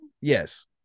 Yes